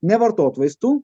nevartot vaistų